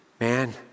Man